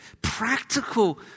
practical